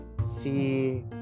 see